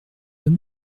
deux